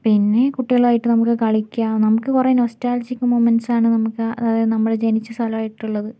പിന്നെ കുട്ടികളായിട്ട് നമുക്ക് കളിക്കാം നമുക്ക് കുറേ നൊസ്റ്റാൾജിക്ക് മൊമെൻ്റ്സാണ് നമുക്ക് ആ അതായത് നമ്മൾ ജനിച്ച സ്ഥലവുമായിട്ടുള്ളത്